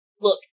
look